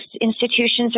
institutions